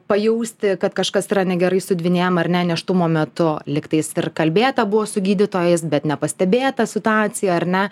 pajausti kad kažkas yra negerai su dvynėm ar ne nėštumo metu lygtais ir kalbėta buvo su gydytojais bet nepastebėta situacija ar ne